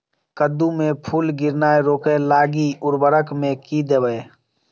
कद्दू मे फूल गिरनाय रोकय लागि उर्वरक मे की देबै?